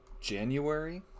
January